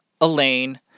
Elaine